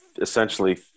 essentially